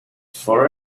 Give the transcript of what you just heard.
for